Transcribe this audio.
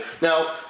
Now